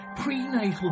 prenatal